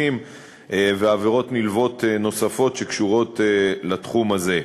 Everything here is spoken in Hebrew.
ועבירות נלוות נוספות שקשורות לתחום הזה.